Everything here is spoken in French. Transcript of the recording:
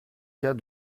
cas